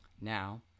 Now